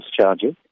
charges